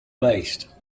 based